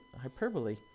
hyperbole